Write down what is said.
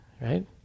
right